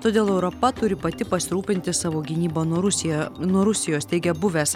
todėl europa turi pati pasirūpinti savo gynyba nuo rusija nuo rusijos teigia buvęs